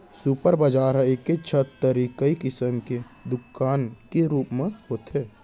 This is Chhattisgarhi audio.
सुपर बजार ह एके छत तरी कई किसम के दुकान के रूप म होथे